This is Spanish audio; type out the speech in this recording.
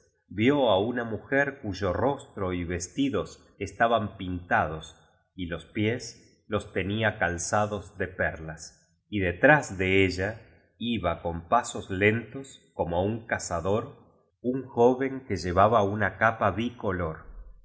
víó á una mujer cuyo rostro y vestidos estaban pintados y los pies los tenía calzados de perlas y detrás de ella iba con pasos lentos como un cazador un joven que llevaba una capa bicolor